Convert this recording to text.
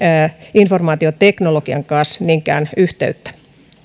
informaatioteknologiaan niinkään yhteyttä